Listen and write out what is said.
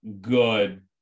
good